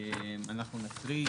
אנחנו נקריא.